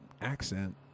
accent